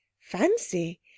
Fancy